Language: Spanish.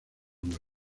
web